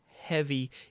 heavy